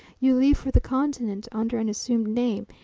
you leave for the continent under an assumed name,